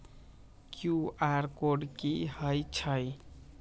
QR code कि हई छई?